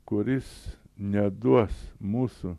kuris neduos mūsų